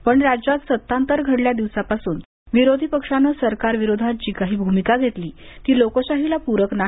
पण राज्यात सत्तांतर घडल्या दिवसापासून विरोधी पक्षाने सरकारविरोधात जी काही भूमिका घेतली ती लोकशाहीला पूरक नाही